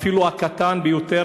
אפילו הקטן ביותר,